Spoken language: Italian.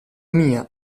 mia